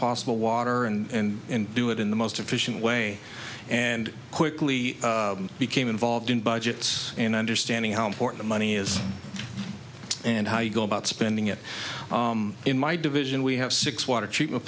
possible water and do it in the most efficient way and quickly became involved in budgets and understanding how important money is and how you go about spending it in my division we have six water treatment